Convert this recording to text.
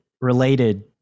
related